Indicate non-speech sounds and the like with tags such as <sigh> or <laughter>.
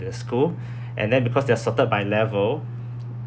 the school <breath> and then because they are sorted by level